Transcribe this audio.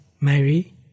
Mary